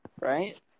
right